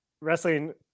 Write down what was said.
wrestling